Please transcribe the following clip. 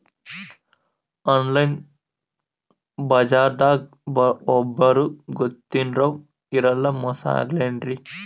Online ಬಜಾರದಾಗ ಒಬ್ಬರೂ ಗೊತ್ತಿನವ್ರು ಇರಲ್ಲ, ಮೋಸ ಅಗಲ್ಲೆನ್ರಿ?